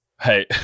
Hey